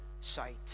sight